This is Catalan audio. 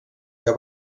que